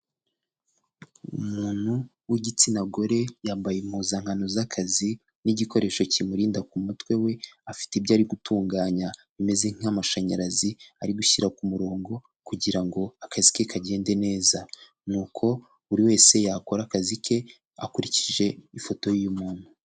Umuntu w'igitsina gore yambaye impuzankano z'akazi n'igikoresho kimurinda ku mutwe we, afite ibyo ari gutunganya bimeze nk'amashanyarazi, ari gushyira ku murongo kugira ngo akazi ke kagende neza ni uko buri wese yakora akazi ke akurikije ifoto y'uyu muntu.